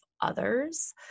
others